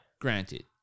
granted